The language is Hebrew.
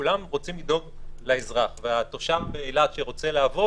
כשכולם רוצים לדאוג לאזרח והתושב באילת שרוצה לעבוד